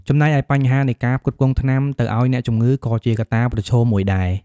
ចំណែកឯ បញ្ហានៃ ការផ្គត់ផ្គង់ថ្នាំទៅអោយអ្នកជំងឺ ក៏ជាកត្តាប្រឈមមួយដែរ។